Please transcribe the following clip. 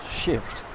shift